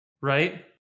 right